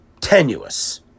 tenuous